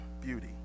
Beauty